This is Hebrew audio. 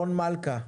רון מלכה,